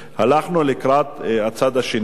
הלכנו לקראת הצד השני.